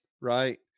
right